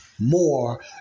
more